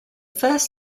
first